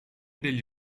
degli